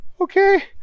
Okay